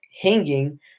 hanging